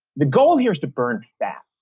the goal here is to burn fat,